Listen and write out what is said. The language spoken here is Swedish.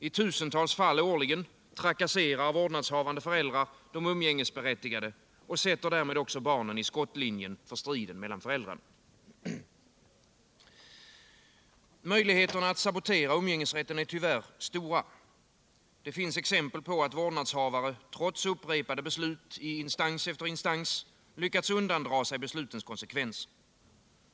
I tusentals fall årligen trakasserar vårdnadshavande föräldrar de umgängesberättigade och sätter därmed också barnen i skottlinjen för striden mellan föräldrarna. Möjligheterna att sabotera umgängesrätten är tyvärr stora. Det finns exempel på att vårdnadshavare, trots upprepade beslut i instans efter instans, lyckats undandra sig beslutens konsekvenser.